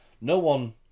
No-one